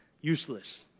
Useless